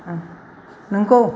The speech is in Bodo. नंगौ